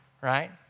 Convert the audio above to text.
right